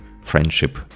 friendship